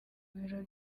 biro